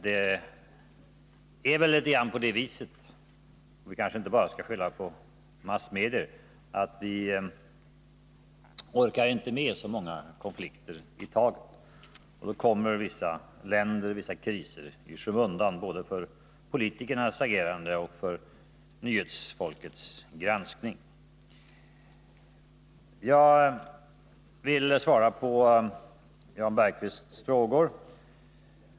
Det är väl litet grand på det viset — vi skall kanske inte bara skylla på massmedierna — att vi inte orkar med så många konflikter i taget, och då kommer vissa länder och kriser i skymundan både för politikernas agerande och för nyhetsfolkets granskning. Jag vill svara på Jan Bergqvists frågor.